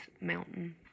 mountain